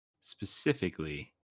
specifically